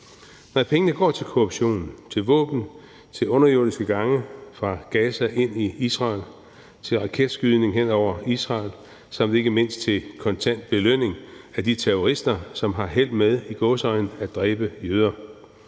gør. Pengene går til korruption, til våben, til underjordiske gange fra Gaza og ind i Israel, til raketskydning hen over Israel samt ikke mindst til kontant belønning af de terrorister, som har held med – i gåseøjne – at dræbe jøder.